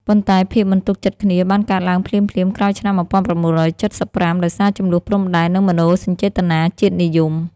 ប៉ុន្តែភាពមិនទុកចិត្តគ្នាបានកើតឡើងភ្លាមៗក្រោយឆ្នាំ១៩៧៥ ដោយសារជម្លោះព្រំដែន និងមនោសញ្ចេតនាជាតិនិយម។